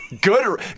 Good